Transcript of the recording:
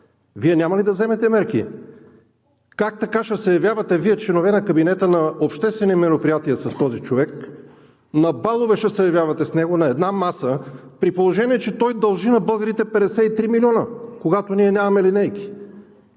Вие няма ли да вземете мерки? Как така ще се явявате Вие, членове на кабинета, на обществени мероприятия с този човек, ще се явявате с него на балове, на една маса, при положение че той дължи на българите 53 милиона, когато ние нямаме линейки?!